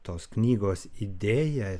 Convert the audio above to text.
tos knygos idėja